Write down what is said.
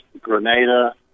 Grenada